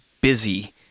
busy